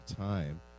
time